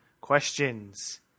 questions